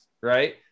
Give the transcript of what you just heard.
right